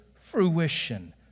fruition